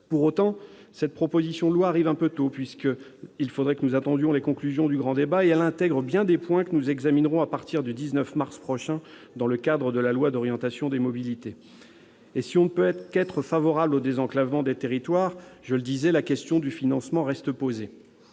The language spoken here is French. Pour autant, cette proposition de loi arrive un peu tôt, puisqu'il serait opportun que nous attendions les conclusions du grand débat national et elle intègre bien des points que nous examinerons à partir du 19 mars prochain dans le cadre de la loi d'orientation des mobilités. Si l'on ne peut qu'être favorable au désenclavement des territoires, je le disais, la question du financement reste posée.